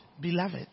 beloved